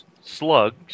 slugs